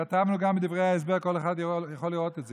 וכתבנו גם בדברי ההסבר, כל אחד יכול לראות את זה.